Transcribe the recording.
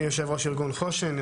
אני יו"ר ארגון חוש"ן,